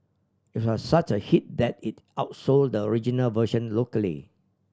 it was such a hit that it outsold the original version locally